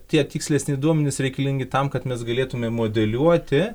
tie tikslesni duomenys reikalingi tam kad mes galėtumėm modeliuoti